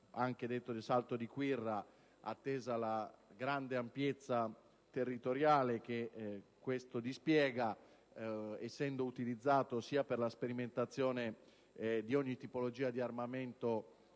anche detto di Salto di Quirra, attesa la grande ampiezza territoriale che questo dispiega. Esso è utilizzato per la sperimentazione di ogni tipologia di armamento